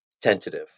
tentative